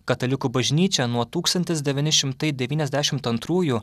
katalikų bažnyčia nuo tūkstantis devyni šimtai devyniasdešimt antrųjų